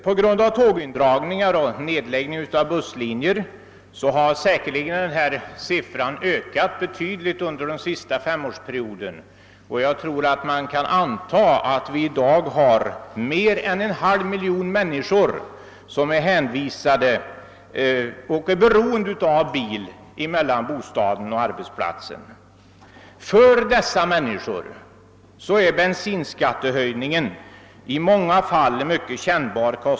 På grund av tågindragningar :och nedläggning av busslinjer har detta antal säkerligen ökat betydligt under den senaste femårsperioden, och jag tror att man kan antaga att vi i dag har mer än én halv miljon människor som är beroende av att åka bil mellan bostaden och arbetsplatsen. För dessa människor är bensinskattehöjningen i många fall mycket kännbar.